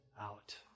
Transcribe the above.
out